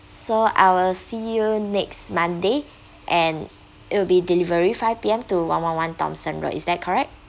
so I will see you next monday and it will be delivery five P_M to one one one thomson road is that correct